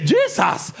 Jesus